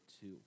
two